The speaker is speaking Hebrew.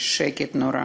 שקט נורא,